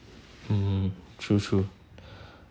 mmhmm true true